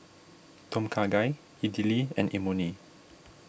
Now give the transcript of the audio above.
Tom Kha Gai Idili and Imoni